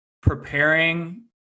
preparing